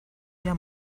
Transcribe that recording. via